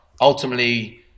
ultimately